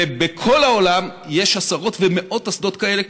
ובכל העולם יש עשרות ומאות אסדות כאלה,